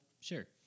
Sure